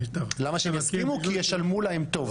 כי ישלמו לו טוב.